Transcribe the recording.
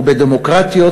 ובדמוקרטיות,